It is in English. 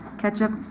ketchup?